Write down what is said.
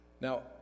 Now